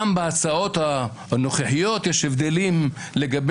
גם בהצעות הנוכחיות יש הבדלים לגבי